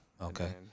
Okay